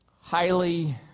highly